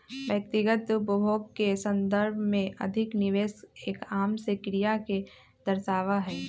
व्यक्तिगत उपभोग के संदर्भ में अधिक निवेश एक आम से क्रिया के दर्शावा हई